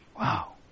Wow